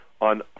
on